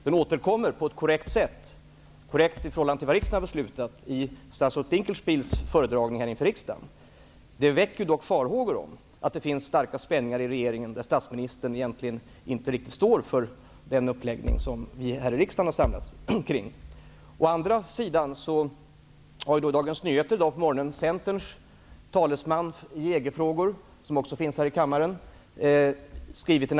Den återkommer i stället på ett i förhållande till riksdagens beslut korrekt sätt i statsrådet Dinkelspiels föredragning inför riksdagen. Det här väcker dock farhågor om att det finns starka spänningar i regeringen, där statsministern egentligen inte riktigt står för den uppläggning vi här i riksdagen har samlats kring. I Dagens Nyheter i dag finns en artikel skriven av Centerns talesman i EG-frågor - som också är här i kammaren.